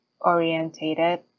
orientated